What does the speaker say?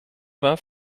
vingt